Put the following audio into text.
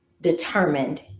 determined